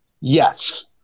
Yes